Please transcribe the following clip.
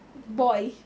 boy